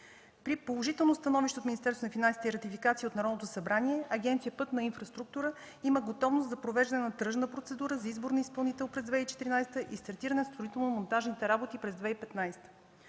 на финансите и ратификация от Народното събрание Агенция „Пътна инфраструктура” има готовност за провеждане на тръжна процедура за избор на изпълнител през 2014 г. и стартиране на строително-монтажните работи през 2015